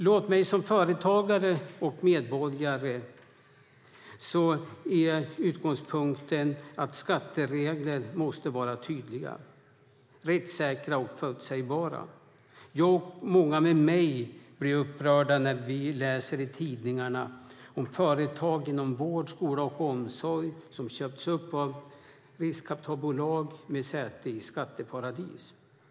Låt mig som företagare och medborgare säga att utgångspunkten är att skatteregler måste vara tydliga, rättssäkra och förutsägbara. Jag och många med mig blir upprörda när vi läser i tidningarna om företag inom vård, skola och omsorg som köps upp av riskkapitalbolag med säte i skatteparadis.